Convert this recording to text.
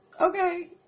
Okay